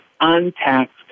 untaxed